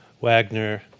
Wagner